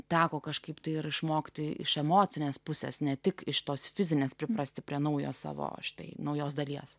teko kažkaip tai ir išmokti iš emocinės pusės ne tik iš tos fizinės priprasti prie naujo savo štai naujos dalies